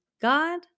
God